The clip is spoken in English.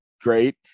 great